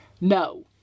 No